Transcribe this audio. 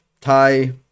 tie